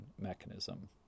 mechanism